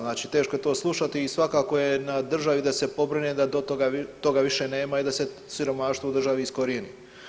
Znači teško je to slušati i svakako je na državi da se pobrine da toga više nema i da se siromaštvo u državi iskorijeni.